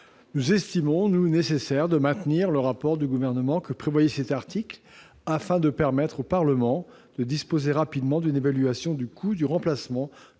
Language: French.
Nous estimons pour notre part nécessaire de maintenir le rapport du Gouvernement que prévoyait cet article afin de permettre au Parlement de disposer rapidement d'une évaluation du coût du remplacement